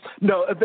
No